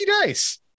Dice